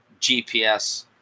GPS